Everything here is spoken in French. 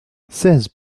seize